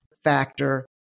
Factor